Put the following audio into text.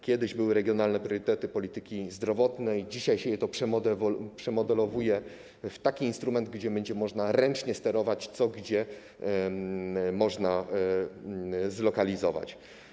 Kiedyś były regionalne priorytety polityki zdrowotnej, dzisiaj się to przemodelowuje w taki instrument, gdzie będzie można ręcznie sterować, co, gdzie można zlokalizować.